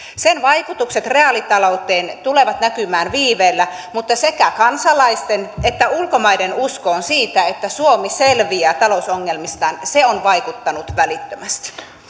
sen vaikutukset reaalitalouteen tulevat näkymään viiveellä mutta sekä kansalaisten että ulkomaiden usko on siinä että suomi selviää talousongelmistaan se on vaikuttanut välittömästi